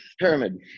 Pyramid